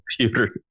computer